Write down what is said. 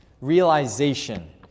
realization